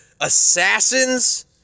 assassins